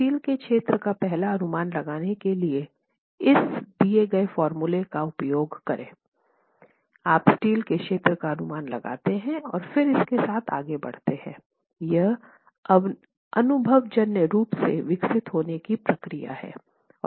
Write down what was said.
steel के क्षेत्र का पहला अनुमान लगाने के लिए आप स्टील के क्षेत्र का अनुमान लगाते हैं और फिर इसके साथ आगे बढ़ते हैं एक अनुभवजन्य रूप से विकसित होने की प्रक्रिया हैं